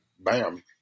Bam